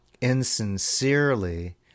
insincerely